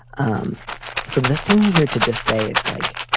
um so the thing here to just say is like,